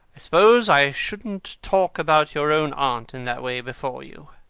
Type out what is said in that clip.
suppose i shouldn't talk about your own aunt in that way before you.